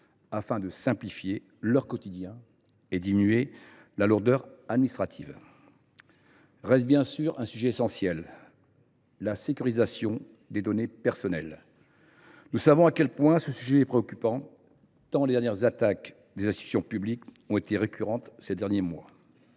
afin de simplifier leur quotidien et de réduire les lourdeurs administratives. Reste un sujet essentiel : la sécurisation des données personnelles. Nous savons combien il est préoccupant tant les attaques contre des institutions publiques ont été récurrentes ces derniers mois.